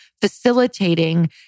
facilitating